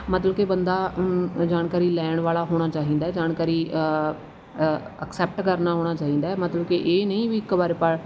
ਮਤਲਬ ਕਿ ਬੰਦਾ ਜਾਣਕਾਰੀ ਲੈਣ ਵਾਲਾ ਹੋਣਾ ਚਾਹੀਦਾ ਜਾਣਕਾਰੀ ਅਕਸੈਪਟ ਕਰਨਾ ਆਉਣਾ ਚਾਹੀਦਾ ਮਤਲਬ ਕਿ ਇਹ ਨਹੀਂ ਵੀ ਇੱਕ ਵਾਰ ਪੜ੍ਹ